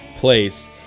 place